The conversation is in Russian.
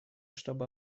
чтобы